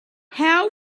how